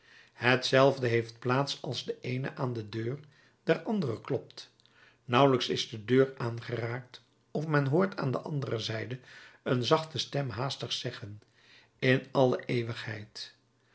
hetzelfde heeft plaats als de eene aan de deur der andere klopt nauwelijks is de deur aangeraakt of men hoort aan de andere zijde een zachte stem haastig zeggen in alle eeuwigheid